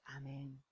Amen